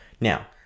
Now